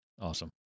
Awesome